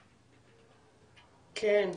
כן.